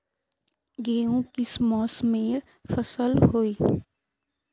गेहूँ किस मौसमेर फसल होय?